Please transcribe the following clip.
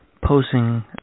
posing